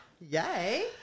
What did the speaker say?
Yay